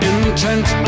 Intent